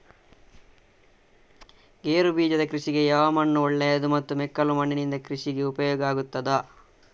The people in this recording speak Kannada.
ಗೇರುಬೀಜದ ಕೃಷಿಗೆ ಯಾವ ಮಣ್ಣು ಒಳ್ಳೆಯದು ಮತ್ತು ಮೆಕ್ಕಲು ಮಣ್ಣಿನಿಂದ ಕೃಷಿಗೆ ಉಪಯೋಗ ಆಗುತ್ತದಾ?